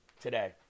today